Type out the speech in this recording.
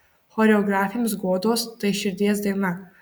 choreografėms godos tai širdies daina